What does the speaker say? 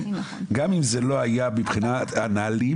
גם אם זה לא היה מבחינת הנהלים,